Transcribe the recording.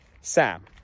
Sam